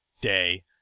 day